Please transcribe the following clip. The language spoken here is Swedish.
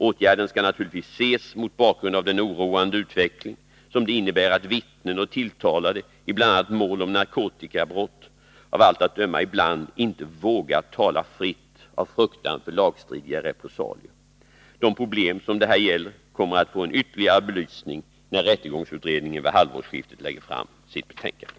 Åtgärden skall naturligtvis ses mot bakgrund av den oroande utveckling som det innebär att vittnen och tilltalade i bl.a. mål om narkotikabrott av allt att döma ibland inte vågar tala fritt av fruktan för lagstridiga repressalier. De problem som det här gäller kommer att få ytterligare belysning när rättegångsutredningen vid halvårsskiftet lägger fram sitt betänkande.